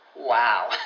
wow